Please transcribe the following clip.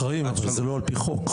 אחראים אבל לא על פי חוק.